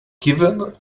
given